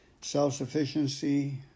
self-sufficiency